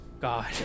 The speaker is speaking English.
God